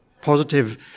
positive